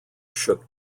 shook